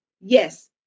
Yes